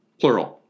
plural